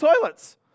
toilets